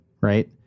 right